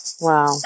wow